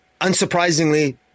unsurprisingly